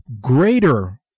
greater